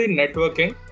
networking